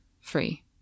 free